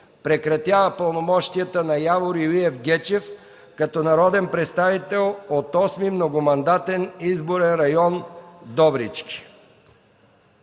Прекратява пълномощията на Явор Илиев Гечев като народен представител от 8. многомандатен изборен район, Добрички.”